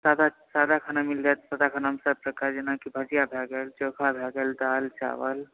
सादा खाना मिल जायत सादा खानामे जेनाकि भुजिया भऽ गेल चोखा भए गेल दालि चावल